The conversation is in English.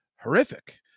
horrific